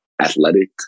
athletic